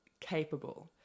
capable